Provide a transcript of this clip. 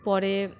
পরে